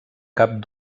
cap